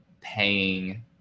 paying